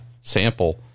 sample